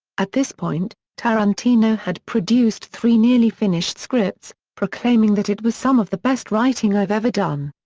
at this point, tarantino had produced three nearly finished scripts, proclaiming that it was some of the best writing i've ever done.